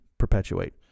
perpetuate